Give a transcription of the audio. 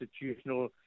constitutional